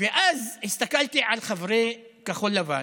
ואז הסתכלתי על חברי כחול לבן,